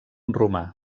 romà